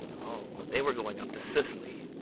o, they were going up to sicily.